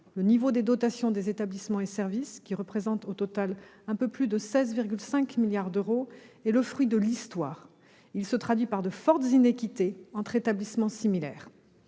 Le niveau des dotations des établissements et services, qui représentent au total un peu plus de 16,5 milliards d'euros, est le fruit de l'histoire, et se traduit par de fortes iniquités entre établissements similaires.